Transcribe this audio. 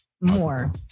more